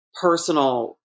personal